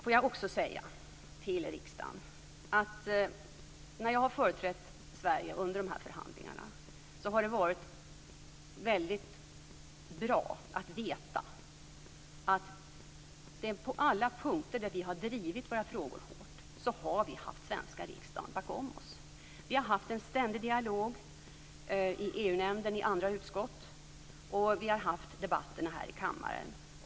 Jag vill också säga till riksdagen att när jag har företrätt Sverige under dessa förhandlingar har det varit väldigt bra att veta att på alla punkter där vi har drivit våra frågor har vi haft den svenska riksdagen bakom oss. Vi har haft en ständig dialog i EU nämnden och i andra utskott och vi har haft debatter här i kammaren.